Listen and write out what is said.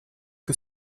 que